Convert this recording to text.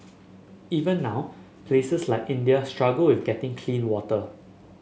even now places like India struggle with getting clean water